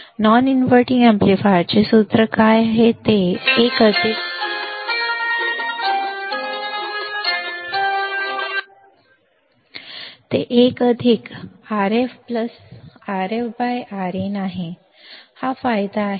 आता non inverting एम्पलीफायरचे सूत्र काय आहे ते 1 आरएफ रिन आहे हा फायदा आहे